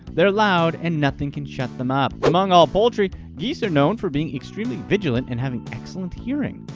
they're loud and nothing can shut them up. among all poultry, geese are known for being extremely vigilant and having excellent hearing.